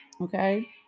okay